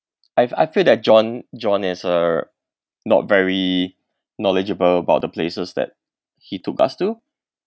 I I feel that john john is uh not very knowledgeable about the places that he took us to